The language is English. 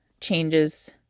changes